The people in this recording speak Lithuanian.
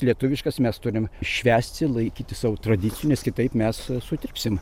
lietuviškas mes turim švęsti laikytis savo tradicijų nes kitaip mes sutirpsim